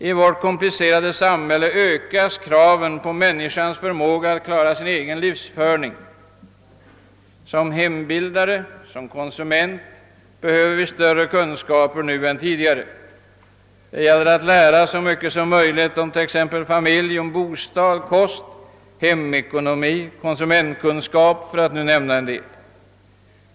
I vårt komplicerade samhälle ökas kraven på människans förmåga att klara sin egen livsföring. Som hembildare och som konsumenter behöver vi större kunskaper nu än tidigare. Det gäller att lära så mycket som möjligt om t.ex. familj, bostad, kost, hemekonomi och konsumentkunskap.